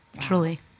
Truly